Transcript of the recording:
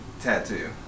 tattoo